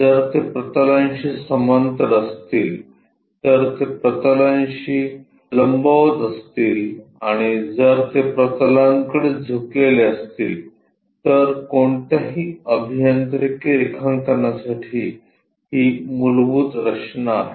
जर ते प्रतलांशी समांतर असतील जर ते प्रतलांशी लंबवत असतील आणि जर ते प्रतलांकडे झुकलेले असतील तर कोणत्याही अभियांत्रिकी रेखांकनासाठी ही मूलभूत रचना आहे